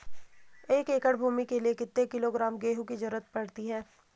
एक एकड़ भूमि के लिए कितने किलोग्राम गेहूँ की जरूरत पड़ती है?